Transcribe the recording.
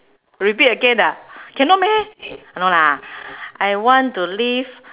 repeat again ah cannot meh no lah I want to live